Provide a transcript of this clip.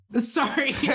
Sorry